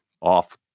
off